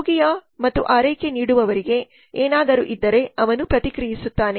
ರೋಗಿಯ ಮತ್ತು ಆರೈಕೆ ನೀಡುವವರಿಗೆ ಏನಾದರೂ ಇದ್ದರೆ ಅವನು ಪ್ರತಿಕ್ರಿಯಿಸುತ್ತಾನೆ